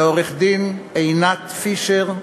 לעו"ד עינת פישר,